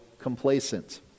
complacent